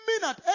minute